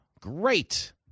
Great